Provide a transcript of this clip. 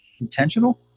intentional